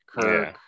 Kirk